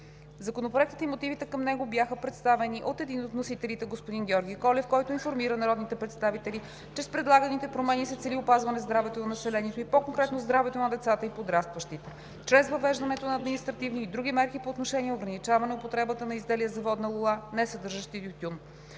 Законопроектът и мотивите към него бяха представени от един от вносителите – господин Георги Колев, който информира народните представители, че с предлаганите промени се цели опазване здравето на населението и по-конкретно здравето на децата и подрастващите чрез въвеждането на административни и други мерки по отношение ограничаване употребата на изделия за водна лула, несъдържащи тютюн.